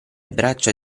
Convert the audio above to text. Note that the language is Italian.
braccia